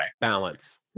Balance